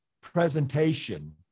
presentation